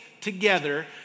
together